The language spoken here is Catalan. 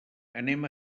anem